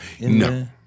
No